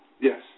Yes